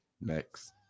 next